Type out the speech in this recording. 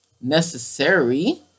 necessary